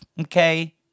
okay